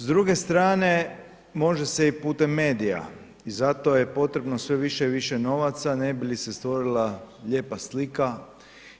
S druge strane može se i putem medija i zato je potrebno sve više i više novaca ne bi li se stvorila lijepa slika